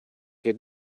could